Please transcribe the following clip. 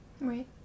Right